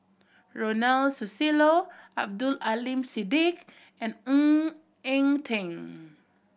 Ronald Susilo Abdul Aleem Siddique and Ng Eng Teng